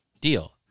deal